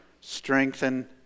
strengthen